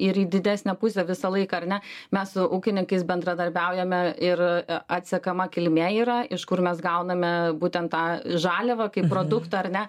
ir į didesnę pusę visą laik ar ne mes su ūkininkais bendradarbiaujame ir atsekama kilmė yra iš kur mes gauname būtent tą žaliavą kaip produktą ar ne